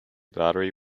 battery